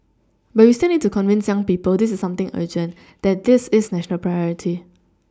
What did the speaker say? but we still need to convince young people this is something urgent that this is national Priority